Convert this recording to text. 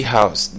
House